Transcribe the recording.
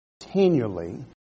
continually